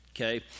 okay